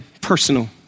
personal